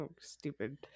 stupid